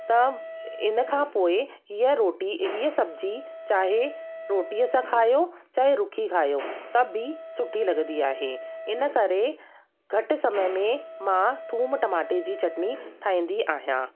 त इन खां पोइ हीअ रोटी हीअ सब्जी चाहे रोटीअ सां खायो चाहे रुखी खायो त बि सुठी लॻंदी आहे इन करे घटि समय में मां थूम टमाटे जी चटनी ठाहींदी आहियां